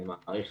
אני מעריך,